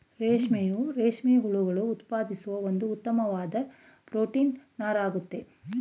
ರೇಷ್ಮೆಯು ರೇಷ್ಮೆ ಹುಳುಗಳು ಉತ್ಪಾದಿಸುವ ಒಂದು ಉತ್ತಮ್ವಾದ್ ಪ್ರೊಟೀನ್ ನಾರಾಗಯ್ತೆ